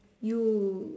you